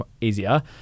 easier